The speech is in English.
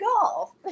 golf